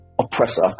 oppressor